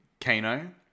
Kano